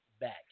back